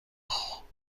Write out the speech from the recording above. خود